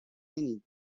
many